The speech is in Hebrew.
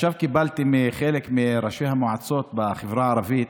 עכשיו קיבלתי מחלק מראשי המועצות בחברה הערבית